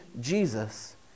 Jesus